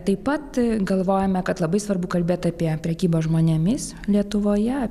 taip pat galvojame kad labai svarbu kalbėt apie prekybą žmonėmis lietuvoje